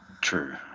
True